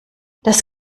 das